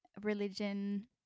religion